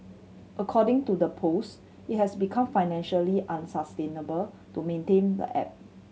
according to the post it has become financially unsustainable to maintain the app